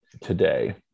today